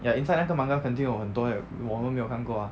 ya inside 那个 manga 肯定有很多还有我们没有看过啊